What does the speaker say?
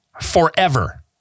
forever